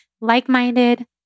like-minded